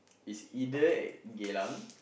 it's either at Geylang